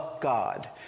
God